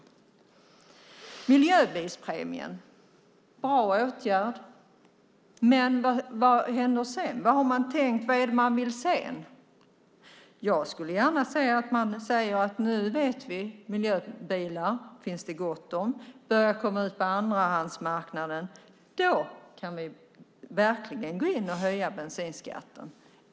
Miljöbilspremien är en bra åtgärd. Men vad händer sedan? Vad vill man sedan? Jag skulle vilja att man sade: Nu vet vi. Miljöbilar finns det gott om. Sådana börjar komma ut på andrahandsmarknaden. Då kan vi verkligen gå in och höja bensinskatten.